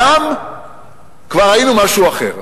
שם כבר ראינו משהו אחר,